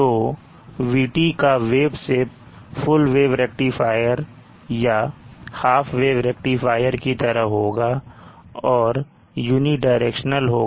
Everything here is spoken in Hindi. तो VT का wave shape full wave rectifier या हाफ वेव रेक्टिफायर की तरह होगा और यूनिडायरेक्शनल होगा